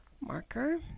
marker